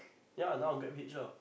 ya now GrabHitch lah